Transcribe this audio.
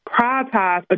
prioritize